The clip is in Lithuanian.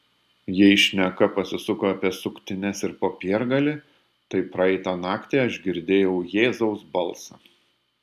jei šneka pasisuko apie suktines ir popiergalį tai praeitą naktį aš girdėjau jėzaus balsą